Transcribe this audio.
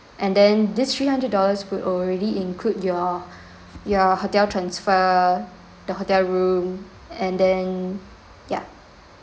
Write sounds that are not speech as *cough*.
and then this three hundred dollars would already include your *breath* your hotel transfer the hotel room and then ya